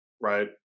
right